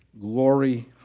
glory